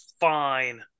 fine